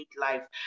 life